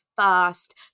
first